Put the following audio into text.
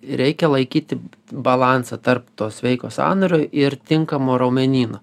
reikia laikyti balansą tarp to sveiko sąnario ir tinkamo raumenyno